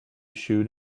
shoot